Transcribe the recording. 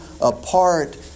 apart